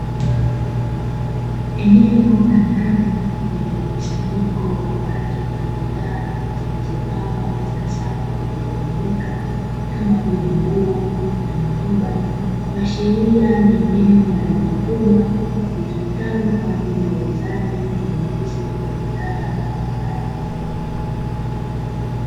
Eneo la ndani lenye mkusanyiko wa watu na bidhaa zilizopangwa katika safu zilizonyooka, kama vile: nguo na mikoba. Kuashiria ni eneo la duka kubwa litumikalo kwa ajili ya uuzaji na ununuzi wa bidhaa mbalimbali.